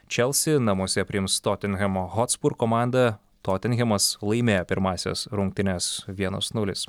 čelsi namuose priims totenhemo hotspur komandą totenhemas laimėjo pirmąsias rungtynes vienas nulis